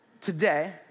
today